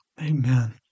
Amen